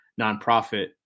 nonprofit